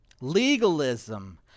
Legalism